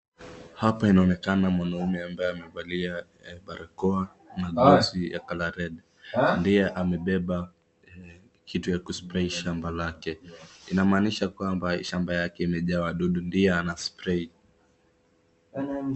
Hapa inaonekana mwanaume ambaye amevalia barakoa na gloves ya colour red . Ndiye amebeba kitu ya ku spray shamba lake. Inamaanisha kwamba shamba yake imejaa wadudu ndiye ana spray .